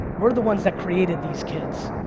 we're the ones that created these kids.